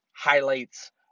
Highlights